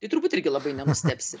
tai turbūt irgi labai nenustebsi